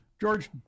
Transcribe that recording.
George